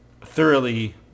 thoroughly